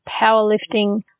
powerlifting